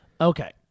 Okay